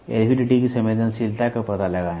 LVDT की संवेदनशीलता का पता लगाएं